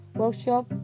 workshop